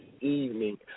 evening